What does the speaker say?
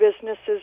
businesses